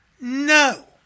No